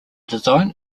design